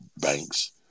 banks